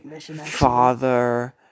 father